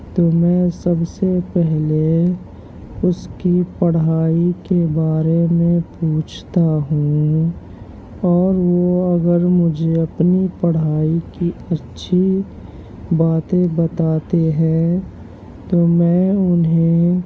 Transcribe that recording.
تو میں سب سے پہلے اس کی پڑھائی کے بارے میں پوچھتا ہوں اور وہ اگر مجھے اپنی پڑھائی کی اچھی باتیں بتاتے ہیں تو میں انہیں